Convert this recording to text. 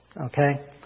Okay